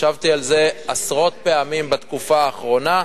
ישבתי על זה עשרות פעמים בתקופה האחרונה.